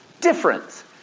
Difference